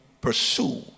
pursue